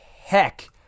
heck